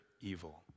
evil